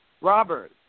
robert